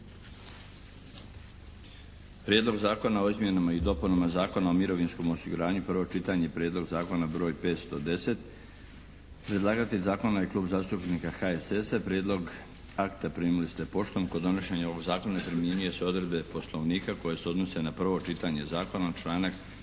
Prijedlog zakona o izmjenama i dopunama Zakona o mirovinskom osiguranju – Predlagatelj Klub zastupnika HSS-a, prvo čitanje P.Z. br. 510 Prijedlog akta primili ste poštom. Kod donošenja ovog zakona primjenjuju se odredbe Poslovnika koje se odnose na prvo čitanje zakona, članak 144.